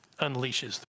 unleashes